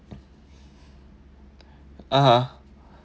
(uh huh)